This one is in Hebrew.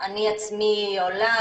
גם אני עצמי עולה,